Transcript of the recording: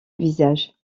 visage